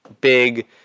big